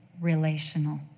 relational